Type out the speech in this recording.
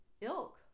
Ilk